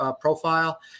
profile